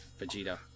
Vegeta